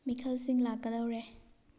ꯃꯤꯈꯜꯁꯤꯡ ꯂꯥꯛꯀꯗꯧꯔꯦ